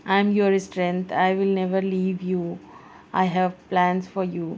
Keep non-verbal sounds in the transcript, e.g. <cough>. <unintelligible>